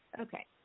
Okay